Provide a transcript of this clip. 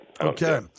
okay